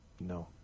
No